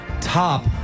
top